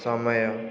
ସମୟ